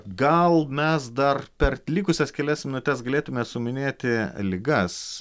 gal mes dar per likusias kelias minutes galėtume suminėti ligas